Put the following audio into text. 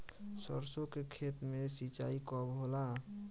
सरसों के खेत मे सिंचाई कब होला?